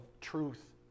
truth